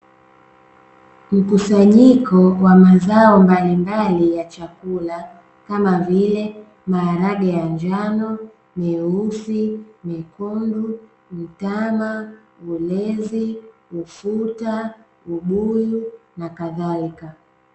Mkusanyiko wa mazao mbalimbali ya chakula, kama vile, maharage ya njano, meusi, mekundu, mtama ,ulezi, ufuta ,ubuyu na kadhalika